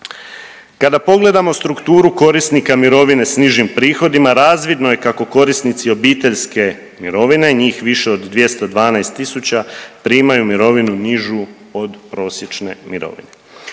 Kada pogledamo strukturu korisnika mirovine s nižim prihodima razvidno je kako korisnici obiteljske mirovine, njih više od 212.000 primaju mirovinu nižu od prosječne mirovine.